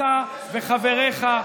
ואתה וחבריך,